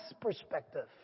perspective